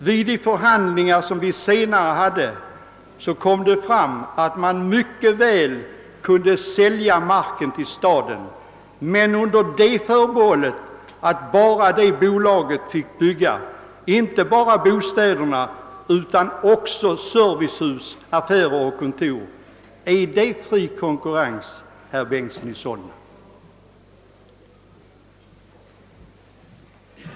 Vid de förhandlingar som vi senare förde, kom det fram att man mycket väl kunde sälja marken till staden men under det förbehållet att bara det bolaget fick bygga, inte enbart bostäderna utan också servicehus, affärer och kontor. Är det fri konkurrens, herr Bengtson i Solna?